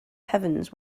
heavens